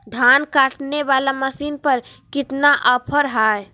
धान काटने वाला मसीन पर कितना ऑफर हाय?